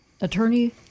Attorney